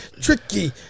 tricky